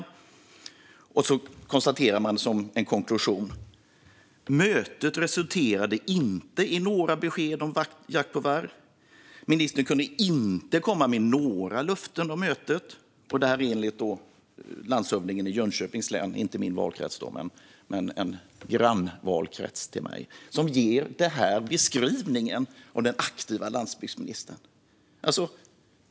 Som konklusion konstateras det att mötet inte resulterade i några besked om jakt på varg och att ministern inte kunde komma med några löften om mötet. Det är landshövdingen i Jönköpings län - det är alltså inte min valkrets, men min grannvalkrets - som ger den här beskrivningen av den aktiva landsbygdsministern.